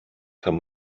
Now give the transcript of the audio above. kann